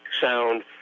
sound